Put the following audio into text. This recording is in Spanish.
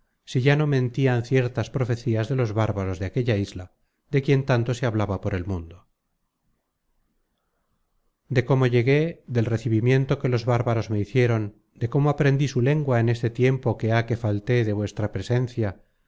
si ya no mentian ciertas profecías de los bárbaros de aquella isla de quien tanto se hablaba por el mundo de cómo llegué del recibimiento que los bárbaros me hicieron de cómo aprendí su lengua en este tiempo que há que falté de vuestra presencia